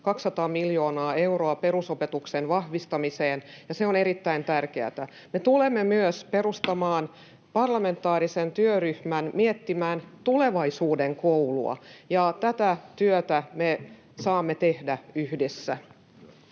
200 miljoonaa euroa perusopetuksen vahvistamiseen, ja se on erittäin tärkeätä. Me tulemme myös perustamaan parlamentaarisen työryhmän miettimään tulevaisuuden koulua, ja tätä työtä me saamme tehdä yhdessä.